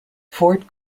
fort